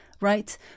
Right